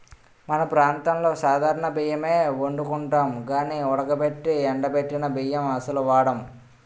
మన ప్రాంతంలో సాధారణ బియ్యమే ఒండుకుంటాం గానీ ఉడకబెట్టి ఎండబెట్టిన బియ్యం అస్సలు వాడం